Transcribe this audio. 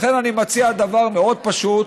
לכן אני מציע דבר מאוד פשוט: